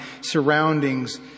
surroundings